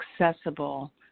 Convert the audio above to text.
accessible